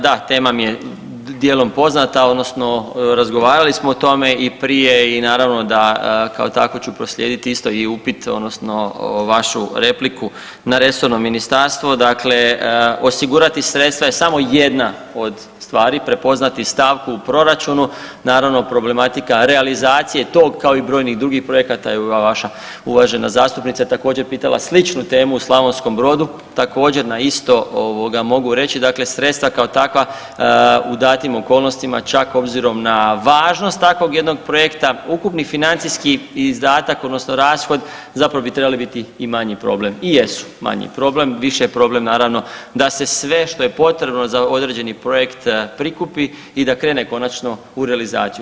Da, tema mi je dijelom poznata, odnosno razgovarali smo o tome i prije i naravno da kako takvo ću proslijediti isto i upit, odnosno vašu repliku na resorno ministarstvo, dakle, osigurati sredstva je samo jedna od stvari, prepoznati stavku u proračunu, naravno problematika realizacije tog, kao i brojnih drugih projekata i ova vaša, uvažena zastupnica je također pitala sličnu temu u Slavonskom Brodu, također vam isto mogu reći, dakle sredstva kao takva u datim okolnostima, čak obzirom na važnost takvog jednog projekta, ukupni financijski izdatak, odnosno rashod zapravo bi trebali biti i manji problem, i jesu manji problem, više je problem naravno, da se sve što je potrebno za određeni projekt prikupi i da krene konačno u realizaciju.